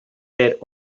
their